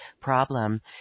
problem